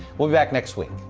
we'll be back next week,